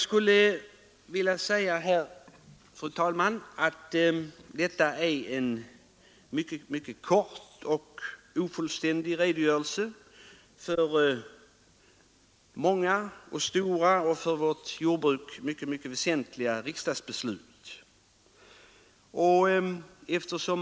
Detta är, fru talman, en mycket kort och ofullständig redogörelse för många och stora och för vårt jordbruk mycket väsentliga riksdagsbeslut.